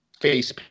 face